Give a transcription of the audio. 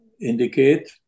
indicate